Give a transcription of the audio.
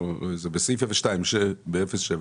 ב-07.